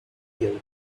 hill